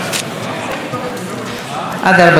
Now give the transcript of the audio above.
עד ארבע דקות לרשותך, אדוני, בבקשה.